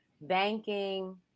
banking